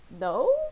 No